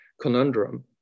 conundrum